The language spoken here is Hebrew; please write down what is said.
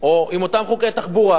או עם אותם חוקי תחבורה,